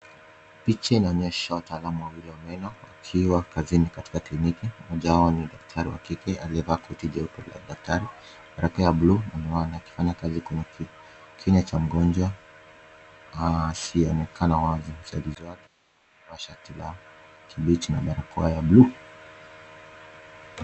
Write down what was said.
Picha inaonyesha wataalamu wawili wa meno, wakiwa kazini katika kliniki. Mmoja wao ni daktari wa kike, aliyevaa koti jeupe la daktari, barakoa ya blue na miwani, akifanya kazi kwa makini, kinywa cha mgonjwa asiyeonekana wazi. Msaidizi wake amevaa shati la kibichi na barakoa ya blue .